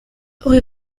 rue